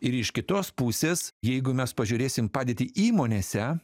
ir iš kitos pusės jeigu mes pažiūrėsim padėtį įmonėse